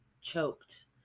choked